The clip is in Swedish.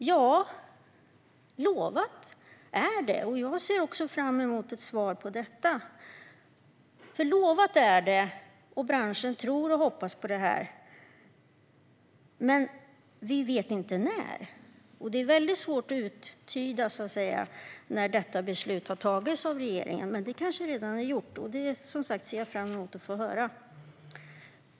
Ja, lovat är det, och jag ser fram emot ett svar på detta. Branschen tror och hoppas på detta, men vi vet inte när. Det är väldigt svårt att uttyda när beslut fattas av regeringen, men det är kanske redan gjort. Det ser jag som sagt fram emot att få höra.